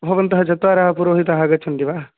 भवन्तः चत्वारः पुरोहिताः आगच्छन्ति वा